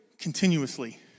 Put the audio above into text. continuously